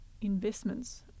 investments